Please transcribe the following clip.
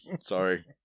Sorry